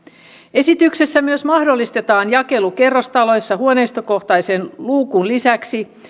esityksessä myös mahdollistetaan jakelu kerrostaloissa huoneistokohtaisen luukun lisäksi